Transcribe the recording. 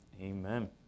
amen